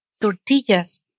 tortillas